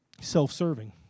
self-serving